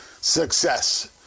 success